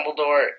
Dumbledore